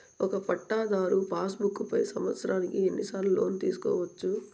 ఒక పట్టాధారు passbook పై సంవత్సరానికి ఎన్ని సార్లు లోను తీసుకోవచ్చు?